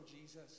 Jesus